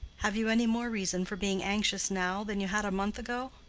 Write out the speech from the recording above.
have you any more reason for being anxious now than you had a month ago?